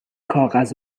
کاغذ